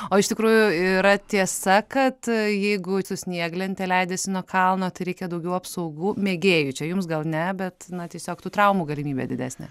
o iš tikrųjų yra tiesa kad jeigu su snieglente leidiesi nuo kalno tai reikia daugiau apsaugų mėgėjui čia jums gal ne bet na tiesiog tų traumų galimybė didesnė